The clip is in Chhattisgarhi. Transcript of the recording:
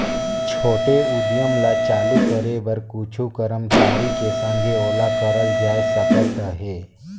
छोटे उद्यम ल चालू करे बर कुछु करमचारी के संघे ओला करल जाए सकत अहे